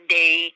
day